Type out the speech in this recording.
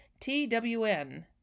TWN